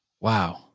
Wow